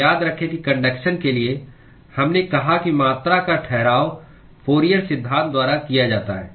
तो याद रखें कि कन्डक्शन के लिए हमने कहा कि मात्रा का ठहराव फूरियर सिद्धांत द्वारा किया जाता है